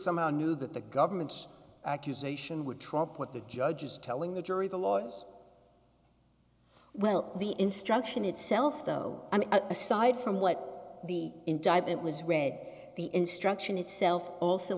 somehow knew that the government's accusation would trump what the judge is telling the jury the laws well the instruction itself though an aside from what the indictment was read the instruction itself also